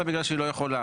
אלא בגלל שהיא לא יכולה.